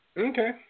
Okay